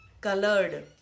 colored